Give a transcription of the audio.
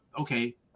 okay